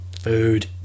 food